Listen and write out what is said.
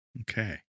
Okay